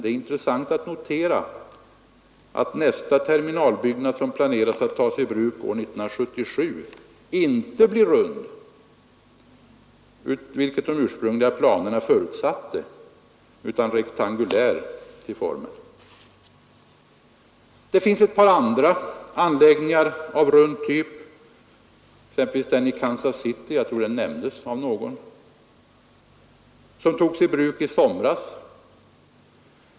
Det är intressant att notera att nästa terminalbyggnad som planeras att tas i bruk år 1977 inte blir rund, vilket de ursprungliga planerna förutsatte, utan rektangulär till formen. Det finns ett par andra anläggningar av rund typ, exempelvis den i Kansas City — jag tror att den nämndes av någon — som togs i bruk i somras.